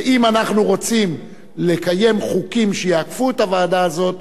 ואם אנחנו רוצים לקיים חוקים שיעקפו את הוועדה הזו,